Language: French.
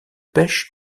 pêche